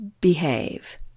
behave